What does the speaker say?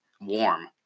warm